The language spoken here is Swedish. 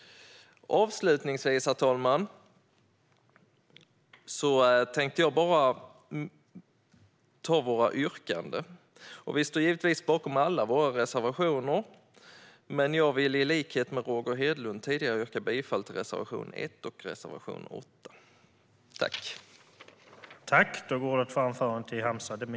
Avslutningsvis tänkte jag ta våra yrkanden. Vi står givetvis bakom alla våra reservationer, men jag vill i likhet med Roger Hedlund yrka bifall endast till reservationerna 1 och 8.